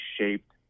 shaped